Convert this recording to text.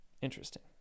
Interesting